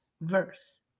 verse